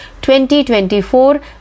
2024